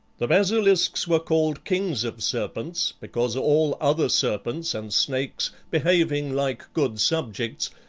the basilisks were called kings of serpents because all other serpents and snakes, behaving like good subjects,